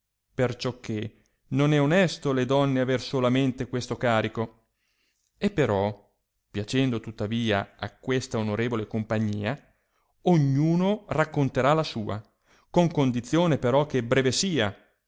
perciò che non è onesto le donne aver solamente questo carico e però piacendo tuttavia a questa onorevole compagnia ogn'uno racconterà la sua con condizione però che breve sia